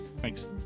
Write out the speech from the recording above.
Thanks